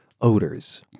odors